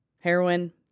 Heroin